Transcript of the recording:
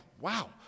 wow